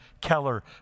Keller